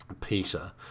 Peter